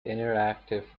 interactive